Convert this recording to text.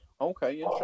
Okay